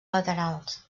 laterals